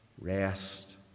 rest